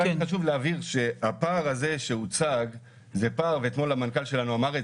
רק חשוב להבין שהפער הזה שהוצג זה פער ואתמול המנכ"ל שלנו אמר את